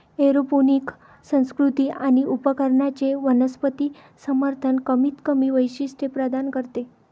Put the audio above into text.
aeroponic संस्कृती आणि उपकरणांचे वनस्पती समर्थन कमीतकमी वैशिष्ट्ये प्रदान करते